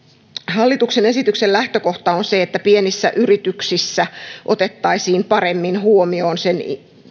hallituksen esityksen lähtökohta on se että pienissä yrityksissä otettaisiin paremmin huomioon